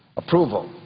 approval.